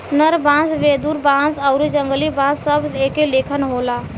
नर बांस, वेदुर बांस आउरी जंगली बांस सब एके लेखन होला